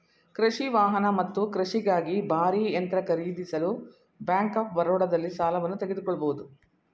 ಕೃಷಿ ವಾಹನ ಮತ್ತು ಕೃಷಿಗಾಗಿ ಭಾರೀ ಯಂತ್ರ ಖರೀದಿಸಲು ಬ್ಯಾಂಕ್ ಆಫ್ ಬರೋಡದಲ್ಲಿ ಸಾಲವನ್ನು ತೆಗೆದುಕೊಳ್ಬೋದು